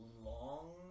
long